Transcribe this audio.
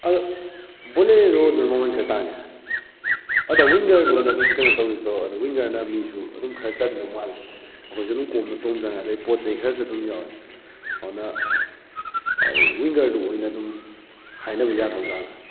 ꯑꯗ ꯕꯣꯂꯦꯔꯣꯗꯣ ꯃꯃꯟ ꯈꯔ ꯇꯥꯡꯉꯦ ꯑꯗꯣ ꯋꯤꯡꯒꯔꯗꯨ ꯑꯣꯏꯅ ꯑꯗꯨꯝ ꯀꯩꯅꯣ ꯇꯧꯒꯦꯁꯨ ꯇꯧꯔꯣ ꯑꯗꯣ ꯋꯤꯡꯒꯔꯅ ꯃꯤꯁꯨ ꯑꯗꯨꯝ ꯈꯔ ꯆꯟꯗꯧ ꯃꯥꯜꯂꯤ ꯑꯩꯈꯣꯏꯁꯨ ꯑꯗꯨꯝ ꯀꯣꯝꯅ ꯇꯣꯡꯖꯅꯕ ꯑꯗꯨꯗꯩ ꯄꯣꯠ ꯆꯩ ꯈꯔꯁꯨ ꯑꯗꯨꯝ ꯌꯥꯎꯏ ꯑꯗꯨꯅ ꯋꯤꯡꯒꯔꯗꯨ ꯑꯣꯏꯅ ꯑꯗꯨꯝ ꯍꯥꯏꯅꯕ ꯌꯥꯗꯧ ꯖꯥꯠꯂ